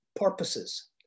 purposes